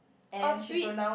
oh sweet